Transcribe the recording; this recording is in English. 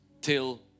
till